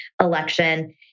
election